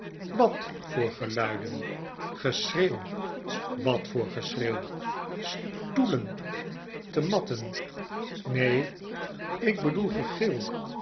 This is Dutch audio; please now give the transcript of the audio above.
wat voor geluiden geschreeuw wat voor geschreeuw stoelen te matten isteen ik bedoel gegit